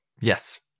Yes